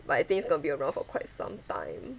but I think it's going to be around for quite some time